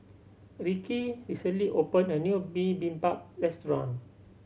Ricci recently opened a new Bibimbap Restaurant